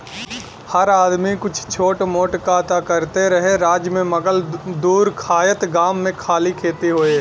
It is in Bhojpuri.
हर आदमी कुछ छोट मोट कां त करते रहे राज्य मे मगर दूर खएत गाम मे खाली खेती होए